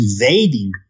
invading